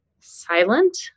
silent